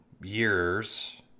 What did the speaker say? years